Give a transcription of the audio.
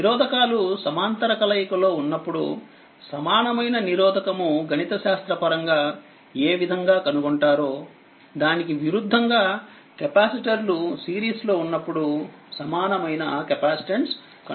నిరోధకాలు సమాంతర కలయికలో ఉన్నప్పుడుసమానమైన నిరోధకము గణిత శాస్త్ర పరంగా ఏ విధంగా కనుగొంటారో దానికి విరుద్ధంగా కెపాసిటర్లు సిరీస్ లో ఉన్నప్పుడు సమానమైన కెపాసిటన్స్ కనుగొంటారు